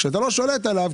כשאתה לא שולט עליו,